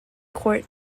court